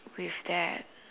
with that